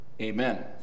amen